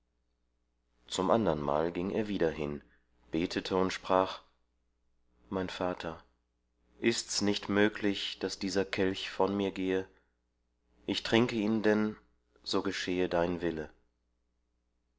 zum andernmal ging er wieder hin betete und sprach mein vater ist's nicht möglich daß dieser kelch von mir gehe ich trinke ihn denn so geschehe dein wille